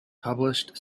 published